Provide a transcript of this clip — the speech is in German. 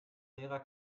lehrer